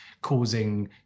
causing